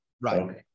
Right